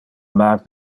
mar